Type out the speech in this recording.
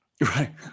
Right